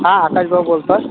हां आकाश भाऊ बोलतो